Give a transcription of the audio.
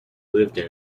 lived